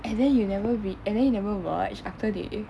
and then you never be and then you never watch after they eh